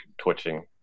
twitching